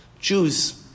Jews